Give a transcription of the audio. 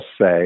say